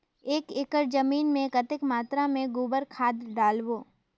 एक एकड़ जमीन मे कतेक मात्रा मे गोबर खाद डालबो?